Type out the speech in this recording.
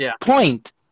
point